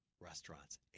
restaurants